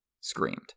screamed